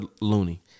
loony